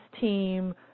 team